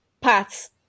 paths